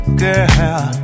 girl